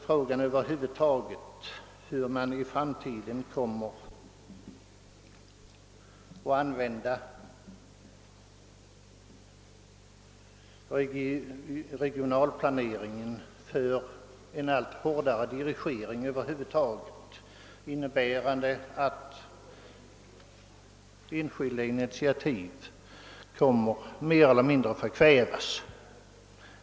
Frågan är, om i framtiden regionalplaneringen kommer att användas för en allt hårdare dirigering över huvud taget innebärande att enskilda initiativ mer eller mindre förkvävs.